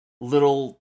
little